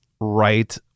right